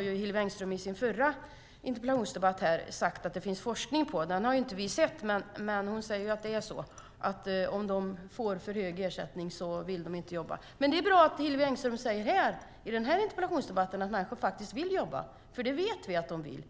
Hillevi Engström sade i sin förra interpellationsdebatt här att det finns forskning på det. Den har vi inte sett, men hon säger att om man får för hög ersättning vill man inte jobba. Det är bra att Hillevi Engström säger i den här interpellationsdebatten att människor faktiskt vill jobba, för det vet vi att de vill.